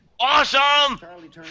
awesome